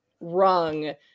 rung